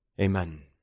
Amen